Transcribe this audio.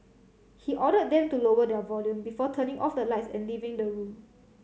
he ordered them to lower their volume before turning off the lights and leaving the room